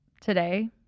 today